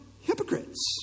hypocrites